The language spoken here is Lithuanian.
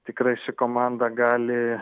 tikrai ši komanda gali